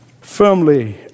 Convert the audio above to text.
firmly